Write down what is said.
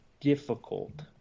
difficult